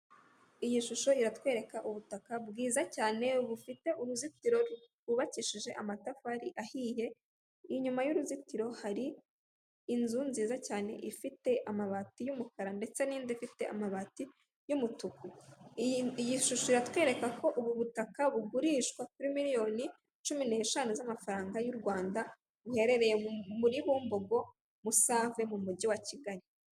Iyi shusho iratwereka ubutaka bwiza cyane bufite uruzitiro rwubakishije amatafari ahiye, inyuma y'uruzitiro hari inzu nziza cyane ifite amabati y'umukara ndetse n'indi ifite amabati y'umutuku. Iyi shusho iratwereka ko ubu butaka bugurishwa kuri miriyoni cumi neshanu z'amafaranga y'u Rwanda, buherereye muri bumbogo, musave mu mujyi wa Kigali.